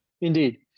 Indeed